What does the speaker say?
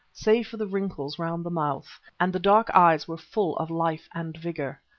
save for the wrinkles round the mouth, and the dark eyes were full of life and vigour.